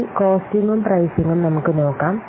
ഇനി കോസ്ടിങ്ങും പ്രൈസിങ്ങും നമുക്ക് നോക്കാം